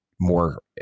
more